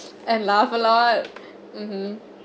and laugh a lot mmhmm